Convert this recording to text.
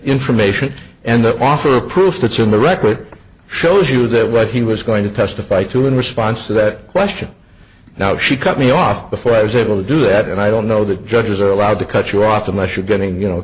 information and the offer of proof that you're in the record shows you that what he was going to testify to in response to that question now she cut me off before i was able to do that and i don't know that judges are allowed to cut you off unless you're getting you know